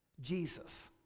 Jesus